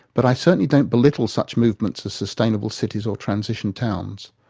but i certainly don't belittle such movements as sustainable cities or transition towns.